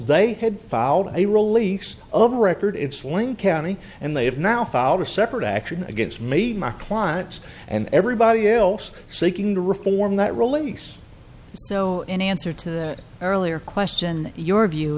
they had filed a release over record it's lame county and they have now filed a separate action against me my clients and everybody else seeking to reform that release so in answer to that earlier question your view